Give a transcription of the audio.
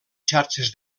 xarxes